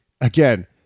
again